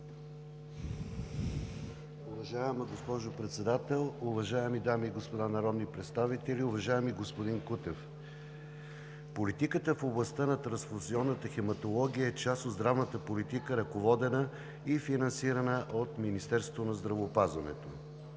Уважаема госпожо Председател, уважаеми дами и господа народни представители! Уважаеми господин Кутев, политиката в областта на трансфузионната хематология е част от здравната политика, ръководена и финансирана от Министерството на здравеопазването.